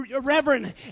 reverend